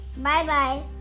Bye-bye